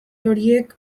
horiek